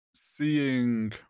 seeing